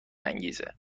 انگیزه